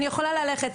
אני יכולה ללכת,